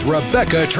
Rebecca